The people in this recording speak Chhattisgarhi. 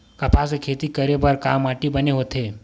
कपास के खेती करे बर का माटी बने होथे?